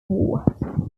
war